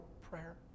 prayer